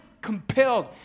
compelled